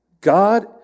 God